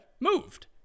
moved